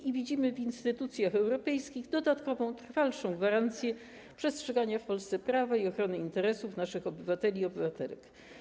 W instytucjach europejskich widzimy dodatkową, trwalszą gwarancję przestrzegania w Polsce prawa i ochrony interesów naszych obywateli i obywatelek.